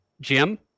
Jim